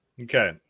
Okay